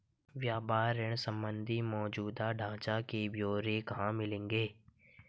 व्यापार ऋण संबंधी मौजूदा ढांचे के ब्यौरे कहाँ मिलेंगे?